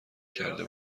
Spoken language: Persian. کرده